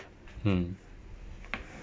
hmm